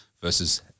versus –